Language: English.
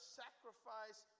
sacrifice